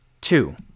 Two